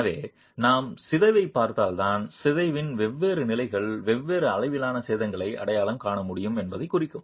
எனவே நாம் சிதைவைப் பார்ப்பதால் தான் சிதைவின் வெவ்வேறு நிலைகள் வெவ்வேறு அளவிலான சேதங்களை அடையாளம் காண முடியும் என்பதைக் குறிக்கும்